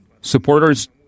supporters